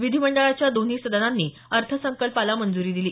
विधीमंडळाच्या दोन्ही सदनांनी अर्थसंकल्पाला मंजुरी दिली